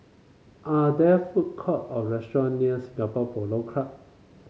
are there food court or restaurant near Singapore Polo Club